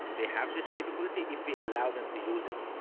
they have this capability if we allow them to use it.